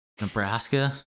Nebraska